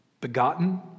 Begotten